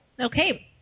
Okay